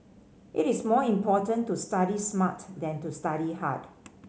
it is more important to study smart than to study hard